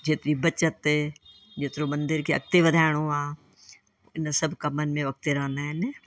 जेतिरी बचत जेतिरो मंदिर खे अॻिते वधाइणो आहे इन सभु कमनि में हूअ अॻिते रहंदा आहिनि